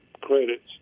credits